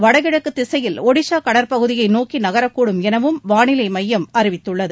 வடகிழக்கு திசையில் ஒடிசா கடற்பகுதியை நோக்கி நகரக்கூடும் எனவும் வாளிலை மையம் அறிவித்துள்ளது